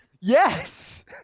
Yes